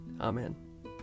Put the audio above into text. Amen